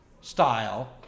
style